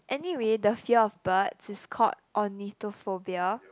anyway the fear of birds is called ornithophobia